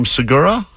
Segura